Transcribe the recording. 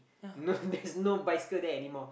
no there's no bicycle there anymore